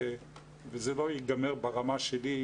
וזה לא ייגמר ברמה שלי,